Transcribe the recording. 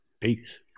Peace